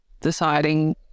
deciding